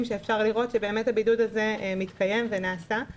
ואפשר לראות שבאמת הבידוד הזה מתקיים ונעשה.